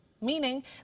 meaning